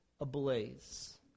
ablaze